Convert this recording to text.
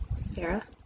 Sarah